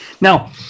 Now